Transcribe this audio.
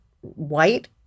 white